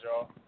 y'all